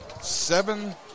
Seven